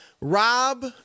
Rob